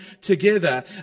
together